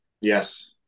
Yes